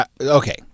Okay